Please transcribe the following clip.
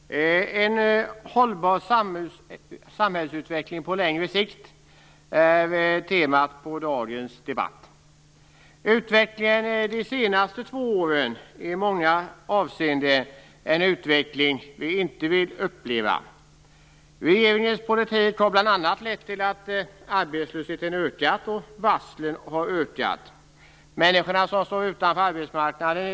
Fru talman! En hållbar samhällsutveckling på längre sikt är temat för dagens debatt. Utvecklingen under de senaste två åren är i många avseenden en utveckling som vi inte hade velat uppleva. Regeringens politik har bl.a. lett till att arbetslösheten har ökat och att varslen har ökat. Mer än en miljon människor står i dag utanför arbetsmarknaden.